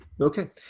Okay